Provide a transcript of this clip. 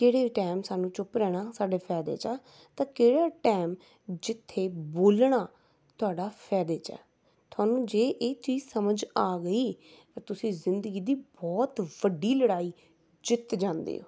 ਕਿਹੜੇ ਟਾਇਮ ਸਾਨੂੰ ਚੁੱਪ ਰਹਿਣਾ ਸਾਡੇ ਫਾਇਦੇ 'ਚ ਆ ਅਤੇ ਕਿਹੜੇ ਟਾਇਮ ਜਿੱਥੇ ਬੋਲਣਾ ਤੁਹਾਡਾ ਫਾਇਦੇ 'ਚ ਆ ਤੁਹਾਨੂੰ ਜੇ ਇਹ ਚੀਜ਼ ਸਮਝ ਆ ਗਈ ਤਾਂ ਤੁਸੀ ਜ਼ਿੰਦਗੀ ਦੀ ਬਹੁਤ ਵੱਡੀ ਲੜਾਈ ਜਿੱਤ ਜਾਂਦੇ ਹੋ